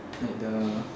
like the